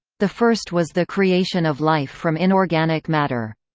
the first was the creation of life from inorganic matter.